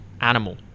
animal